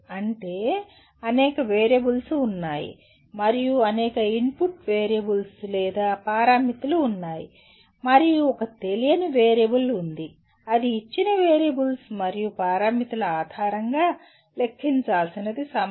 అంటే అనేక వేరియబుల్స్ ఉన్నాయి మరియు అనేక ఇన్పుట్ వేరియబుల్స్ లేదా పారామితులు ఉన్నాయి మరియు ఒక తెలియని వేరియబుల్ ఉంది అది ఇచ్చిన వేరియబుల్స్ మరియు పారామితుల ఆధారంగా లెక్కించాల్సినది సమయం